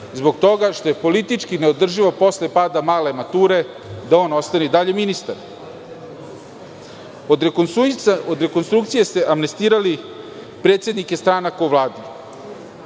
zbog toga što je politički neodrživo posle pada male mature da on ostane i dalje ministar. Od rekonstrukcije ste amnestirali predsednike stranaka u Vladi,